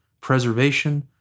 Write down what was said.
preservation